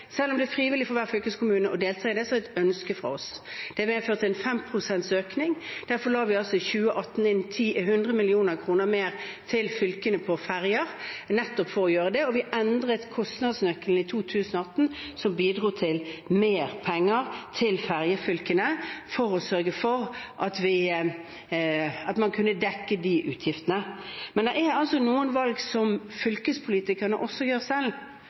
Selv om det er frivillig for hver fylkeskommune å delta i det, er det et ønske fra oss. Det har medført en fem prosents økning. Derfor la vi i 2018 inn 100 mill. kr mer til fylkene på ferger, nettopp for å gjøre det, og vi endret kostnadsnøkkelen i 2018, som bidro til mer penger til fergefylkene, for å sørge for at man kunne dekke de utgiftene. Men det er altså noen valg som fylkespolitikerne gjør selv,